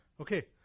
Okay